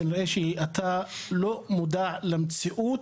כנראה שאתה לא מודע למציאות,